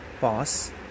pause